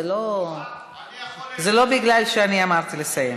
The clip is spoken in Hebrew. זה לא בגלל שאני אמרתי לסיים.